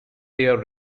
their